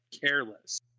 careless